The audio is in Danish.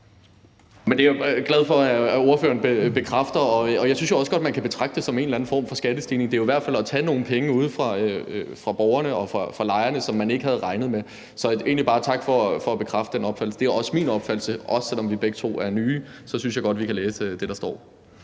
Det er jeg glad for at ordføreren bekræfter, og jeg synes jo også godt, man kan betragte det som en eller anden form for skattestigning. Det er jo i hvert fald at tage nogle penge fra borgerne og fra lejerne, som man ikke havde regnet med. Så jeg vil egentlig bare sige tak for at bekræfte den opfattelse. Det er også min opfattelse. Og selv om vi begge to er nye, synes jeg godt, vi kan læse det, der står.